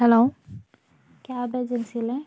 hello cab ഏജൻസിയല്ലേ